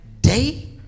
day